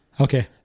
Okay